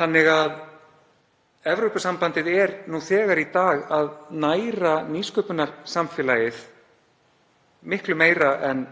mörkum. Evrópusambandið er nú þegar í dag að næra nýsköpunarsamfélagið miklu meira en